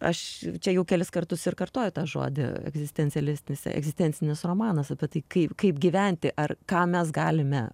aš čia jau kelis kartus ir kartoju tą žodį egzistencialistinis egzistencinis romanas apie tai kaip kaip gyventi ar ką mes galime